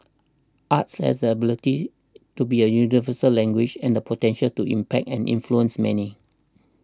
arts has the ability to be a universal language and the potential to impact and influence many